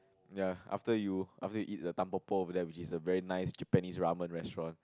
ya after you after you eat the Tampopo over there which is a very nice Japanese ramen restaurant